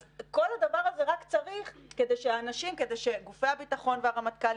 את כל הדבר הזה צריך כדי שגופי הביטחון והרמטכ"לים,